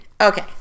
Okay